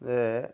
যে